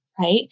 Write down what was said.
right